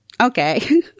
okay